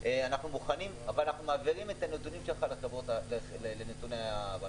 אנחנו מוכנים אבל אנחנו מעבירים את הנתונים שלך לנתוני האשראי.